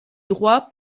droit